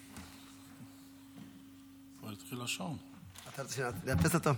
תודה רבה.